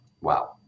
Wow